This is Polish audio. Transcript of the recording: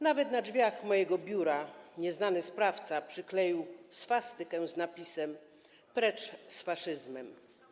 Nawet na drzwiach mojego biura nieznany sprawca przykleił swastykę z napisem: precz z faszyzmem.